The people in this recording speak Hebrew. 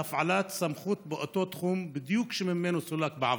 להפעלת סמכות באותו תחום בדיוק שממנו סולק בעבר?